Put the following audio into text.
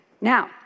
Now